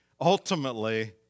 ultimately